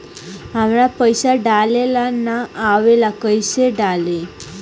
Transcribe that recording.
हमरा पईसा डाले ना आवेला कइसे डाली?